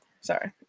Sorry